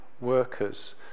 workers